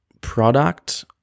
product